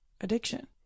addiction